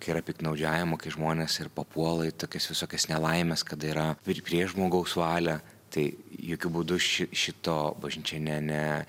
kai yra piktnaudžiavimo kai žmonės ir papuola į tokias visokias nelaimes kada yra prieš žmogaus valią tai jokiu būdu ši šito bažnyčia ne ne